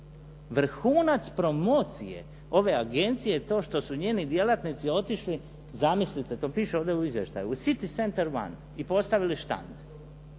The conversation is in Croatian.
Vrhunac promocije ove agencije je to što su njeni djelatnici otišli, zamislite, to piše ovdje u izvještaju u City Centar One i postavili štand.